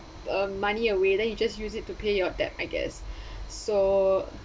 um money away then you just use it to pay your debt I guess so